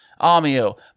AMIO